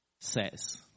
says